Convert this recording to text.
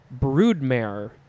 broodmare